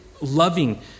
loving